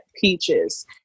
peaches